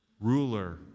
Ruler